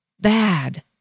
bad